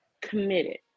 committed